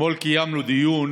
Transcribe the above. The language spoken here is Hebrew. אתמול קיימנו דיון